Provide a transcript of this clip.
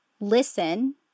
listen